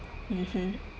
mmhmm